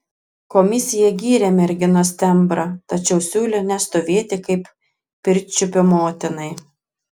komisija gyrė merginos tembrą tačiau siūlė nestovėti kaip pirčiupio motinai